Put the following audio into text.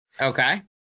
Okay